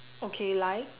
okay like